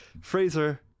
Fraser